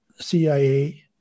CIA